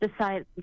Decide